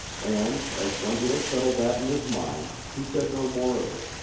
and, as one who had settled that in his mind, he said no more of it,